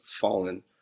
fallen